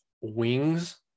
wings